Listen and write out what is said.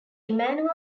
emanuel